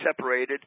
separated